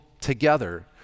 together